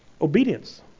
Obedience